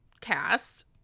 cast